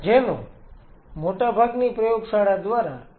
જેનો મોટાભાગની પ્રયોગશાળા દ્વારા ઉપયોગ કરવામાં આવે છે